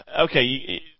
okay